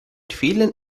vielen